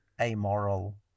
amoral